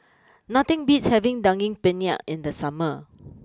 nothing beats having Daging Penyet in the summer